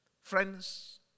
Friends